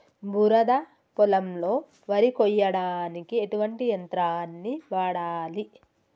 బురద పొలంలో వరి కొయ్యడానికి ఎటువంటి యంత్రాన్ని వాడాలి?